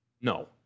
No